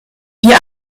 die